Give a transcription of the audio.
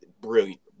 Brilliant